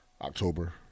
October